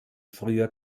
früher